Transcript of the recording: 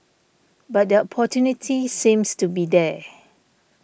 but the opportunity seems to be there